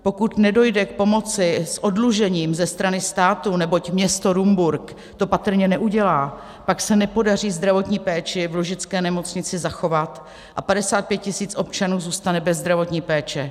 Pokud nedojde k pomoci s oddlužením ze strany státu, neboť město Rumburk to patrně neudělá, pak se nepodaří zdravotní péči v Lužické nemocnici zachovat a 55 tisíc občanů zůstane bez zdravotní péče.